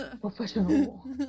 Professional